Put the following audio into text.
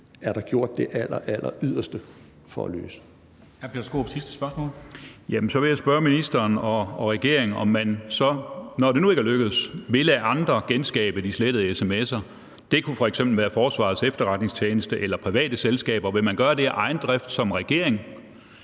Peter Skaarup for sidste spørgsmål. Kl. 13:25 Peter Skaarup (DF): Jamen så vil jeg spørge ministeren og regeringen, om man så, når det nu ikke er lykkedes, vil lade andre genskabe de slettede sms'er. Det kunne f.eks. være Forsvarets Efterretningstjeneste eller private selskaber. Vil man gøre det af egen drift som regering?